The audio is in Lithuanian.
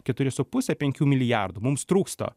keturi su puse penkių milijardų mums trūksta